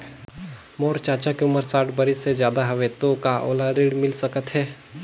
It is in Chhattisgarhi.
मोर चाचा के उमर साठ बरिस से ज्यादा हवे तो का ओला ऋण मिल सकत हे?